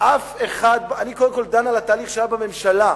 קודם כול, אני דן בתהליך שהיה בממשלה.